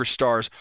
superstars